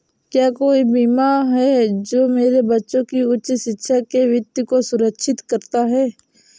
क्या कोई बीमा है जो मेरे बच्चों की उच्च शिक्षा के वित्त को सुरक्षित करता है?